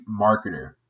marketer